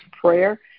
prayer